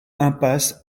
impasse